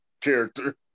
character